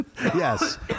Yes